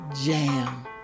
jam